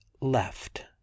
left